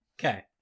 Okay